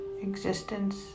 existence